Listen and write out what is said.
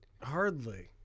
hardly